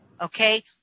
Okay